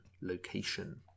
location